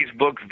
Facebook